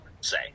say